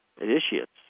initiates